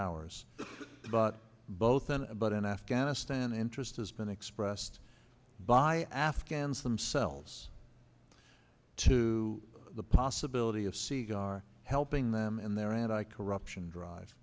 ours but both and but in afghanistan interest has been expressed by afghans themselves to the possibility of sega are helping them and their anti corruption drive